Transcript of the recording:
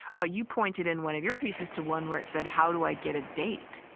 ah you pointed in one of your pieces to one where it said, how do i get a date?